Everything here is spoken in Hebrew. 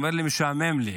הוא אומר לי: משעמם לי,